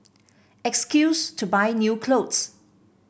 excuse to buy new clothes